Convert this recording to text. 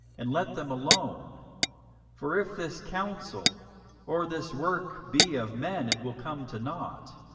and let them alone for if this counsel or this work be of men, it will come to nought